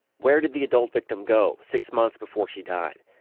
where did the adult victim go six months before she died?